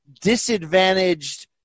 disadvantaged –